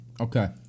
Okay